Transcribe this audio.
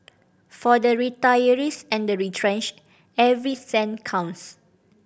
for the retirees and the retrenched every cent counts